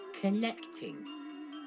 collecting